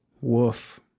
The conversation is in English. Woof